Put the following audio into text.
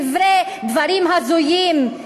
דברים הזויים.